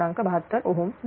72 Ωमिळेल